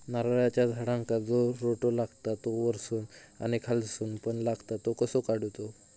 नारळाच्या झाडांका जो रोटो लागता तो वर्सून आणि खालसून पण लागता तो कसो काडूचो?